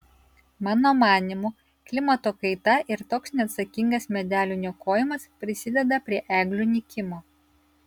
mano manymu klimato kaita ir toks neatsakingas medelių niokojimas prisideda prie eglių nykimo